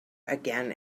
again